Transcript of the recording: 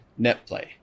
netplay